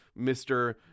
Mr